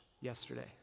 yesterday